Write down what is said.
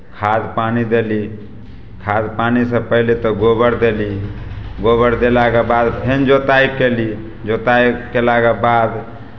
खाद पानि देली खाद पानिसँ पहिले तऽ गोबर देली गोबर देलाके बाद फेन जोताइ कयली जोताइ कयलाके बाद